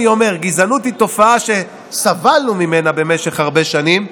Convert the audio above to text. אני אומר: גזענות היא תופעה שסבלנו ממנה במשך הרבה שנים.